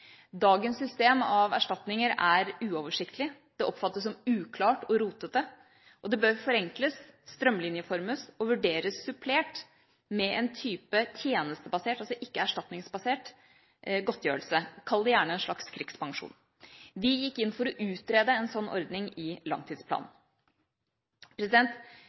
Dagens system for erstatninger er uoversiktlig. Det oppfattes som uklart og rotete, og det bør forenkles, strømlinjeformes og vurderes supplert med en type tjenestebasert – altså ikke erstatningsbasert – godtgjørelse, kall det gjerne en slags krigspensjon. Vi gikk inn for å utrede en sånn ordning i langtidsplanen.